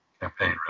campaign